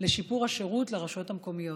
לשיפור השירות ברשויות המקומיות,